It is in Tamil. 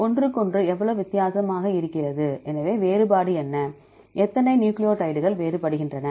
ஒன்றுக்கொன்று எவ்வளவு வித்தியாசமாக இருக்கிறது எனவே வேறுபாடு என்ன எத்தனை நியூக்ளியோடைடுகள் வேறுபடுகின்றன